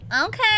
Okay